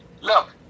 look